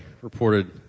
reported